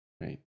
Right